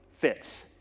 fits